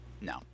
No